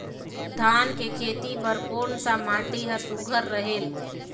धान के खेती बर कोन सा माटी हर सुघ्घर रहेल?